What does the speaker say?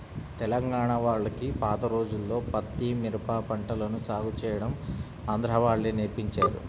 తెలంగాణా వాళ్లకి పాత రోజుల్లో పత్తి, మిరప పంటలను సాగు చేయడం ఆంధ్రా వాళ్ళే నేర్పించారు